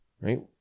right